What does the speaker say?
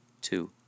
Two